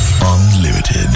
Unlimited